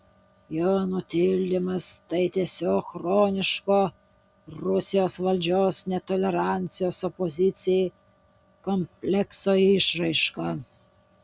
jo nutildymas tai tiesiog chroniško rusijos valdžios netolerancijos opozicijai komplekso išraiška